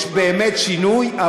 יש באמת שינוי,